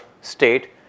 state